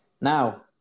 Now